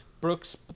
Brooks